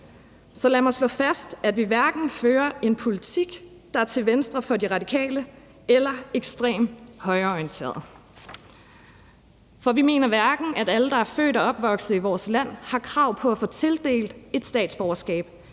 Så lad mig slå fast, at vi hverken fører en politik, der er til venstre for De Radikale eller en ekstremt højreorienteret, for vi mener hverken, at alle, der er født og opvokset i vores land, har krav på at få tildelt et statsborgerskab,